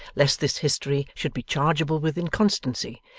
lest this history should be chargeable with inconstancy,